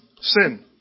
sin